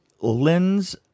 lens